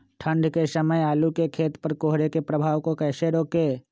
ठंढ के समय आलू के खेत पर कोहरे के प्रभाव को कैसे रोके?